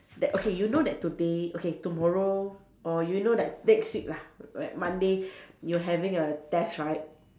that okay you know that today okay tomorrow or you know that next week lah right Monday you having a test right